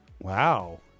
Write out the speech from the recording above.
Wow